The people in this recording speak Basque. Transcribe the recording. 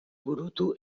burutu